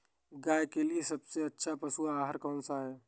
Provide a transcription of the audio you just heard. गाय के लिए सबसे अच्छा पशु आहार कौन सा है?